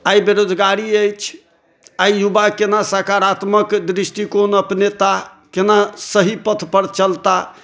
आइ बेरोजगारी अछि आइ युवा केना सकारात्मक दृष्टिकोण अपनेता केना सही पथ पर चलता